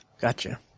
Gotcha